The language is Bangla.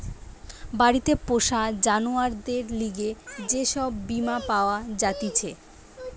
বাড়িতে পোষা জানোয়ারদের লিগে যে সব বীমা পাওয়া জাতিছে